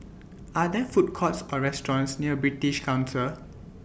Are There Food Courts Or restaurants near British Council